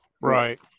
Right